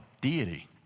deity